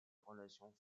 relations